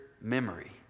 memory